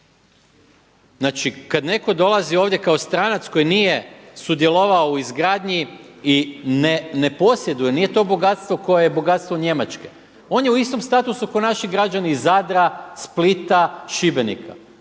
Znači kada netko dolazi ovdje kao stranac koji nije sudjelovao u izgradnji i ne posjeduje, nije to bogatstvo koje je bogatstvo Njemačke, on je u istom statusu kao naši građani iz Zadra, Splita, Šibenika.